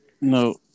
No